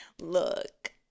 Look